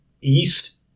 east